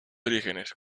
orígenes